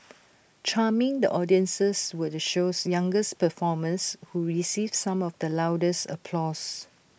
charming the audiences were the show's youngest performers who received some of the loudest applause